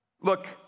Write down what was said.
Look